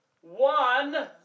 One